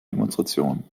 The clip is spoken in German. demonstrationen